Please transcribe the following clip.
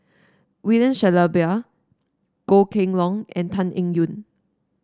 William Shellabear Goh Kheng Long and Tan Eng Yoon